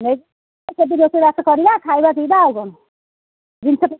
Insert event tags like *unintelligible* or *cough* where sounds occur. ନେଇକି *unintelligible* ରୋଷେଇ ବାସ କରିବା ଖାଇବା ପିଇବା ଆଉ କ'ଣ ଜିନିଷ